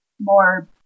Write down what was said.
more